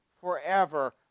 forever